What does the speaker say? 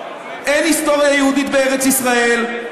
אין היסטוריה יהודית בארץ-ישראל,